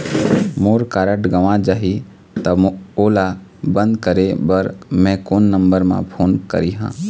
मोर card गंवा जाही त ओला बंद करें बर मैं कोन नंबर म फोन करिह?